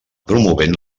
promovent